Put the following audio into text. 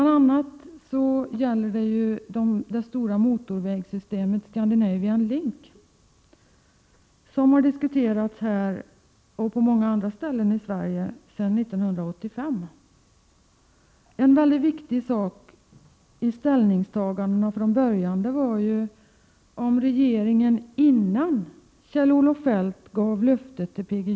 Det gäller bl.a. det stora motorvägssystemet Scandinavian Link; som har diskuterats här och på många andra ställen i Sverige sedan 1985. En mycket viktig sak i ställningstagandena från början var om regeringen, innan Kjell-Olof Feldt gav löftet till P.G.